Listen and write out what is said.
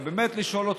ובאמת לשאול אותך,